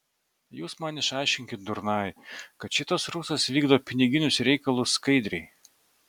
jūs man išaiškinkit durnai kad šitas rusas vykdo piniginius reikalus skaidriai